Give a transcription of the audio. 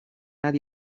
adi